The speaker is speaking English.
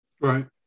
Right